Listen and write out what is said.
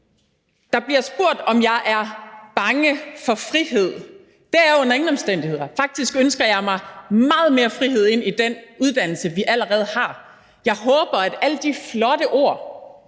Der bliver spurgt, om jeg er bange for frihed. Jeg er under ingen omstændigheder bange, faktisk ønsker jeg mig meget mere frihed ind i den uddannelse, vi allerede har. Jeg håber, at alle de flotte ord,